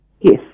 Yes